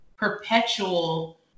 perpetual